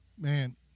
Man